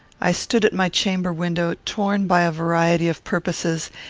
i stood at my chamber-window, torn by a variety of purposes,